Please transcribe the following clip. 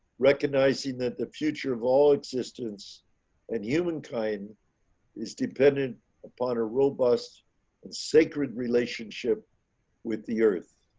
recognizing that the future of all existence and humankind is dependent upon a robust and sacred relationship with the earth.